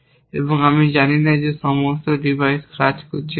এবং আমি জানি না যে সমস্ত ডিভাইস কাজ করছে কি না